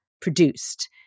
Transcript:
produced